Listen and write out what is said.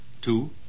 Two